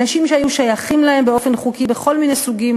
אנשים שהיו שייכים להם באופן חוקי בכל מיני סוגים